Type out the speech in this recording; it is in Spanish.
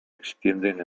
extienden